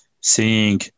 seeing